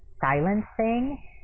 silencing